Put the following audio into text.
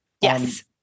Yes